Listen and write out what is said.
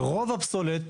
ורוב הפסולת,